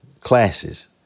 classes